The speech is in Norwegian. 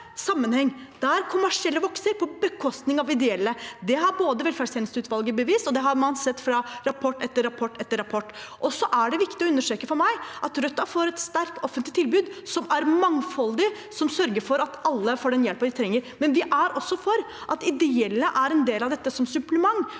der kommersielle vokser på bekostning av ideelle. Det har velferdstjenesteutvalget bevist, og det har man sett av rapport etter rapport. Det er viktig for meg å understreke at Rødt er for et sterkt offentlig tilbud som er mangfoldig, og som sørger for at alle får den hjelpen de trenger. Men vi er også for at ideelle er en del av dette som et supplement,